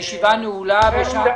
היושב ראש,